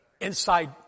Inside